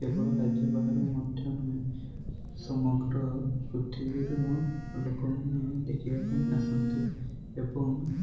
କେବଳ ରାଜ୍ୟ ବାହାରୁ ମଧ୍ୟ ନୁହେଁ ସମଗ୍ର ପୃଥିବୀରୁ ଲୋକମାନେ ଦେଖିବାପାଇଁ ଆସନ୍ତି ଏବଂ